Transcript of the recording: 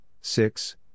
six